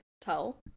tell